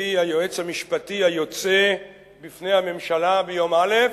הביא היועץ המשפטי היוצא בפני הממשלה ביום א',